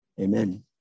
Amen